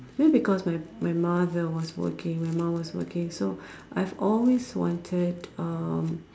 maybe because my my mother was working my mum was working so I've always wanted uh